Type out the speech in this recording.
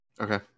Okay